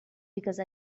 because